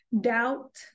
doubt